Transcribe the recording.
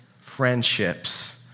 friendships